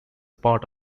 part